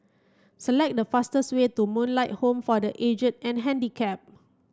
select the fastest way to Moonlight Home for the Aged and Handicapped